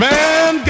Man